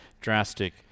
drastic